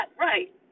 right